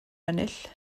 ennill